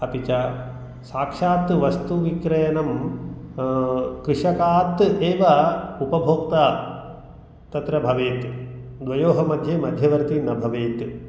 अपि च साक्षात् वस्तु विक्रयणं कृषकात् एव उपभोक्ता तत्र भवेत् द्वयोः मध्ये मध्यवर्ती न भवेत्